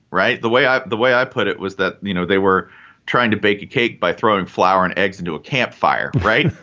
right. the way the way i put it was that, you know, they were trying to bake a cake by throwing flour and eggs into a camp fire. right.